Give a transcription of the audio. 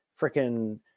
freaking